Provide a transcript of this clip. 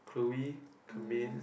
Cloe Camaine